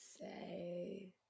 say